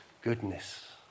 goodness